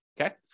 Okay